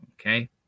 Okay